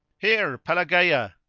here, pelagea!